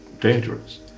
dangerous